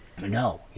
No